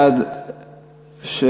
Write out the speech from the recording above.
בעד, 6,